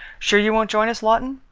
sure you won't join us, lawton?